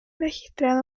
registrado